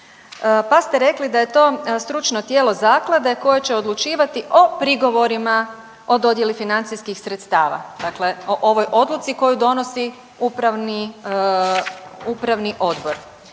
pa ste rekli da je to stručno tijelo zaklade koje će odlučivati o prigovorima o dodjeli financijskih sredstava, dakle o ovoj odluci koju donosi upravni odbor,